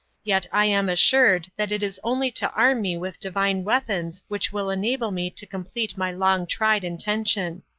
yet i am assured that it is only to arm me with divine weapons which will enable me to complete my long-tried intention.